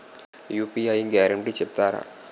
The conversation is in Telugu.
యూ.పీ.యి గ్యారంటీ చెప్తారా?